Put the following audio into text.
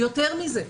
יותר מזה.